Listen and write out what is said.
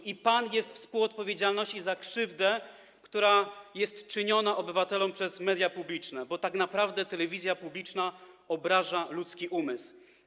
I pan jest współodpowiedzialny za krzywdę, która jest czyniona obywatelom przez media publiczne, bo tak naprawdę telewizja publiczna obraża ludzki umysł.